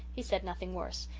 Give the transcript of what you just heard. he said nothing worse,